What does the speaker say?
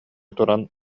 туран